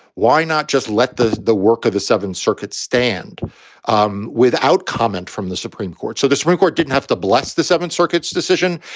why not just let the the work of the southern circuit stand um without comment from the supreme court? so the supreme court didn't have to bless the seventh circuit's decision.